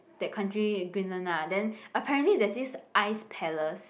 that country in Greenland lah then apparently there's this ice palace